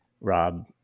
rob